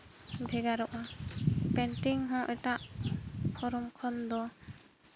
ᱵᱷᱮᱜᱟᱨᱚᱜᱼᱟ painting ᱦᱚᱸ ᱮᱴᱟᱜ frame ᱠᱷᱚᱱ ᱫᱚ